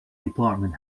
department